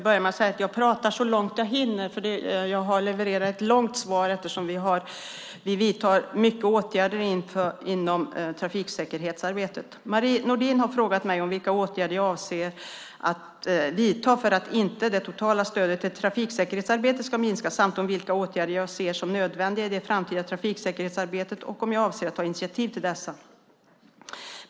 Herr talman! Jag har levererat ett långt svar eftersom vi vidtar många åtgärder inom trafiksäkerhetsarbetet. Marie Nordén har frågat mig om vilka åtgärder jag avser att vidta för att inte det totala stödet till trafiksäkerhetsarbetet ska minska samt om vilka åtgärder jag ser som nödvändiga i det framtida trafiksäkerhetsarbetet och om jag avser att ta initiativ till dessa.